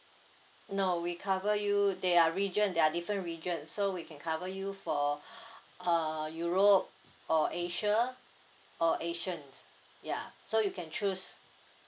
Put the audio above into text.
no we cover you there are region there are different regions so we can cover you for uh europe or asia or asians ya so you can choose